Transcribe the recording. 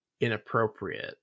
inappropriate